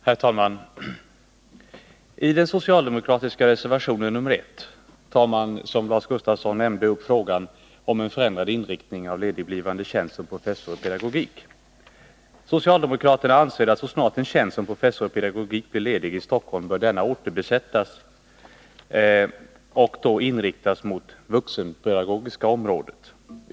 Herr talman! I den socialdemokratiska reservationen nr 1 tar man, som Lars Gustafsson nämnde, upp frågan om en förändrad inriktning av ledigblivande tjänst som professor i pedagogik. Socialdemokraterna anser att så snart en tjänst som professor i pedagogik blir ledig i Stockholm bör denna vid återbesättandet inriktas mot det vuxenpedagogiska området.